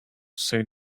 say